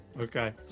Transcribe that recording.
okay